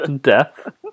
death